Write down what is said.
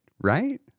right